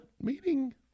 meeting